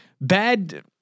bad